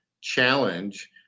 challenge